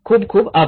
ખુબ ખુબ આભાર